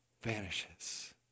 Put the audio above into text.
vanishes